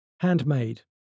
Handmade